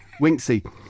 Winksy